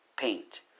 Paint